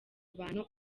abantu